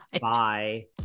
Bye